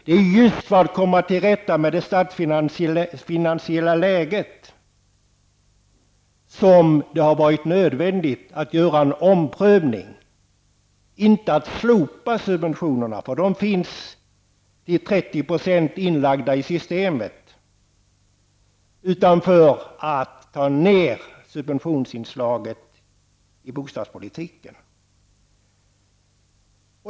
Det är just för att komma till rätta med det statsfinansiella läget som det varit nödvändigt att göra en omprövning. Det är inte fråga om att slopa subventionerna. De finns till 30 % inlagda i systemet. Det handlar om att få ned subventionsinslaget i bostadspolitiken.